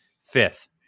fifth